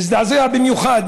מזדעזע במיוחד